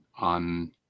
on